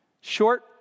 Short